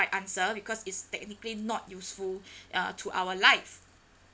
right answer because it's technically not useful uh to our life